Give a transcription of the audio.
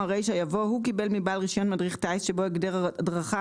יבוא: "הוא קיבל מבעל רישיון מדריך טיס שבו הגדר הדרכה